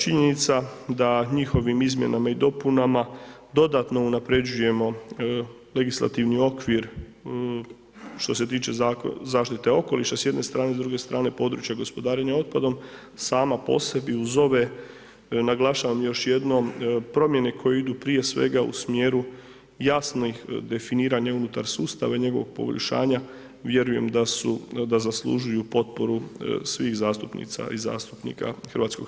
Činjenica da njihovim izmjenama i dopunama dodatno unaprjeđujemo legislativni okvir što se tiče zaštite okoliša s jedne strane, s druge strane područja gospodarenja otpadom sama po sebi uz ove, naglašavam još jednom, promjene koje idu prije svega u smjeru jasnih definiranja unutar sustava i njegovog poboljšanja, vjerujem da zaslužuju potporu svih zastupnica i zastupnika HS.